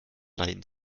leiden